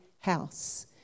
house